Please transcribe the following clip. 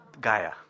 Gaia